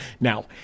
Now